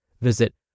Visit